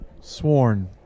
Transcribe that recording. sworn